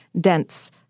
dense